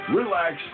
relax